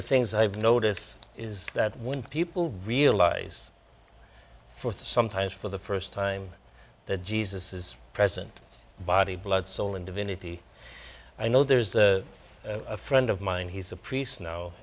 the things i've noticed is that when people realize for sometimes for the first time that jesus is present body blood soul and divinity i know there's a friend of mine he's a pr